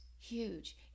huge